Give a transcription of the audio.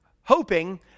hoping